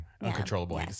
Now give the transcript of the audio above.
uncontrollable